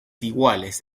iguales